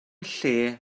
lle